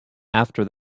after